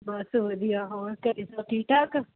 ਬਸ ਵਧੀਆ ਹੋਰ ਘਰ ਸਭ ਠੀਕ ਠਾਕ